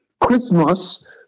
Christmas